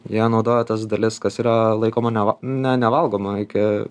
jie naudoja tas dalis kas yra laikoma ne nevalgoma iki